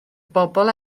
bobl